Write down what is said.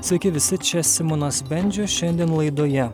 sveiki visi čia simonas bendžius šiandien laidoje